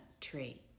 tree